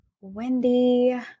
Wendy